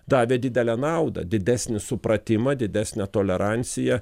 davė didelę naudą didesnį supratimą didesnę toleranciją